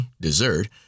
dessert